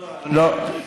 לא.